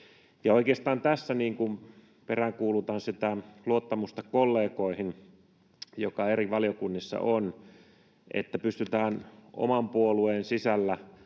oikeastaan tässä peräänkuulutan sitä luottamusta kollegoihin, jotka eri valiokunnissa ovat, että pystytään oman puolueen sisällä